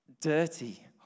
dirty